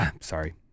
Sorry